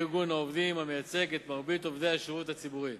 היא ארגון העובדים המייצג את מרבית עובדי השירות הציבורי.